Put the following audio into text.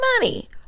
money